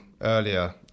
earlier